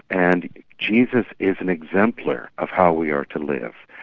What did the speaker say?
and jesus is an exemplar of how we are to live.